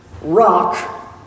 rock